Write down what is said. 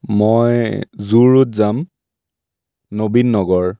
মই zoo road যাম নবীন নগৰ